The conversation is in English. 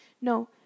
no